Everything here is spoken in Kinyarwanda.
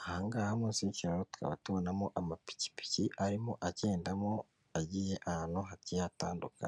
ahangaha munsi cy'kiraro tukaba tubonamo amapikipiki arimo agendamo, agiye ahantu hatandukanye.